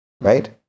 right